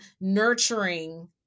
nurturing